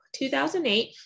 2008